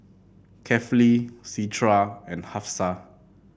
Kefli Citra and Hafsa